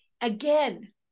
Again